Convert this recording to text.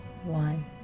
One